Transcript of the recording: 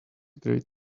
great